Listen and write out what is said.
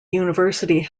university